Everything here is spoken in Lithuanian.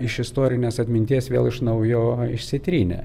iš istorinės atminties vėl iš naujo išsitrynė